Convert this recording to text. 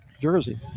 Jersey